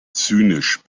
zynisch